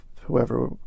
whoever